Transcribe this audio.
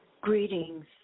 Greetings